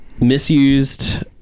misused